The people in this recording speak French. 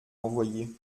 envoyé